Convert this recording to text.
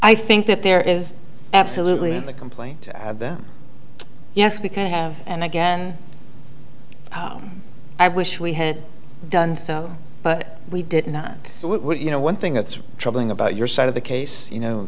i think that there is absolutely in the complaint i have that yes we can have and again i wish we had done so but we did not you know one thing that's troubling about your side of the case you know